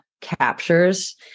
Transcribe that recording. captures